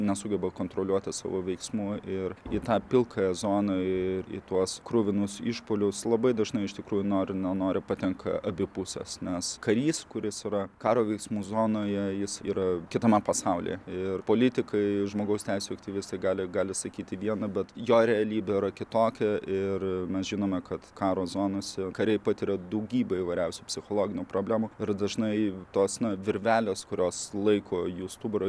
nesugeba kontroliuoti savo veiksmų ir į tą pilkąją zoną ir į tuos kruvinus išpuolius labai dažnai iš tikrųjų nori nenori patenka abi pusės nes karys kuris yra karo veiksmų zonoje jis yra kitame pasaulyje ir politikai žmogaus teisių aktyvistai gali gali sakyti viena bet jo realybė yra kitokia ir mes žinome kad karo zonose kariai patiria daugybę įvairiausių psichologinių problemų ir dažnai tos na virvelės kurios laiko jų stuburą